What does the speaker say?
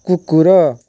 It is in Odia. କୁକୁର